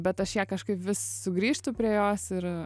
bet aš ją kažkaip vis sugrįžtu prie jos ir